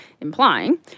implying